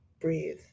breathe